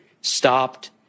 stopped